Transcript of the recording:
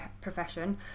profession